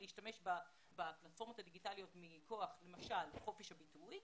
להשתמש בפלטפורמות הדיגיטליות מכוח למשל חופש הביטוי,